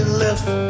left